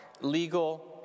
legal